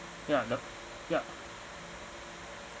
yeah yup